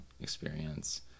experience